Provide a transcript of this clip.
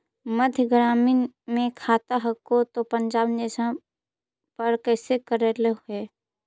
मध्य ग्रामीण मे खाता हको तौ पंजाब नेशनल पर कैसे करैलहो हे?